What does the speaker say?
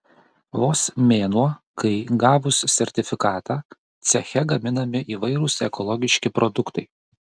vos mėnuo kai gavus sertifikatą ceche gaminami įvairūs ekologiški produktai